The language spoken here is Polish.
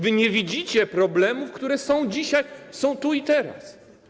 Wy nie widzicie problemów, które są dzisiaj, są tu i teraz.